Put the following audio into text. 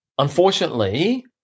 Unfortunately